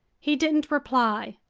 he didn't reply.